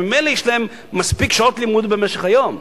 ממילא יש להם מספיק שעות לימוד במשך היום.